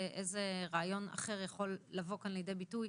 איזה רעיון אחר יכול לבוא לכאן לידי ביטוי,